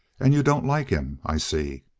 and you don't like him, i see.